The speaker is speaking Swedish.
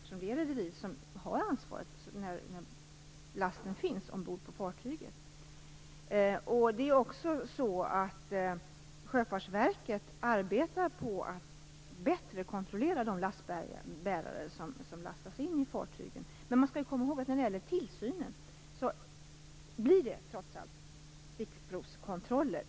Det är rederiet som har ansvaret när lasten finns ombord på fartyget. Sjöfartsverket arbetar på att bättre kontrollera de lastbärare som lastas in i fartygen. Men när det gäller tillsynen blir det trots allt fråga om stickprovskontroller.